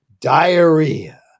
diarrhea